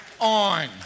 on